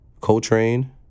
Coltrane